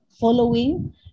following